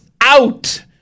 out